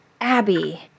Abby